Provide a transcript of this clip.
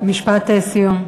משפט סיום.